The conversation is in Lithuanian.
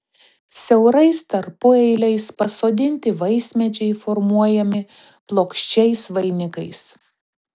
siaurais tarpueiliais pasodinti vaismedžiai formuojami plokščiais vainikais